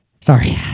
Sorry